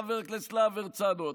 חבר הכנסת להב הרצנו,